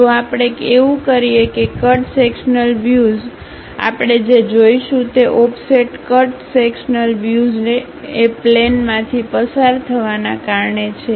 જો આપણે એવું કરીએ કે કટ સેક્શન્લ વ્યુઝ આપણે જે જોશું તે ઓફસેટ કટ સેક્શન્લ વ્યુઝ એ પ્લેનમાંથી પસાર થવાના કારણે છે